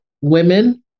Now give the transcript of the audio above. women